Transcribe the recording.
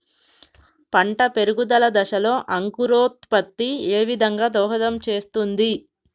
పంట పెరుగుదల దశలో అంకురోత్ఫత్తి ఏ విధంగా దోహదం చేస్తుంది?